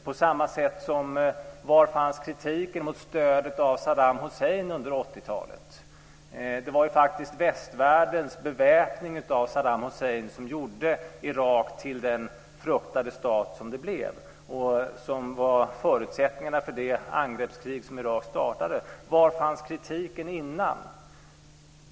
På samma sätt: Var fanns kritiken mot stödet till Saddam Hussein under 80-talet? Det var ju faktiskt västvärldens beväpning av Saddam Hussein som gjorde Irak till den fruktade stat som det blev och som var förutsättningen för det angreppskrig som Irak startade. Var fanns kritiken före detta?